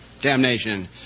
damnation